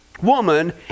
woman